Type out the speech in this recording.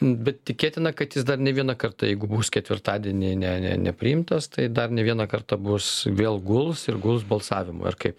bet tikėtina kad jis dar ne vieną kartą jeigu bus ketvirtadienį ne ne nepriimtas tai dar ne vieną kartą bus vėl guls ir guls balsavimo ar kaip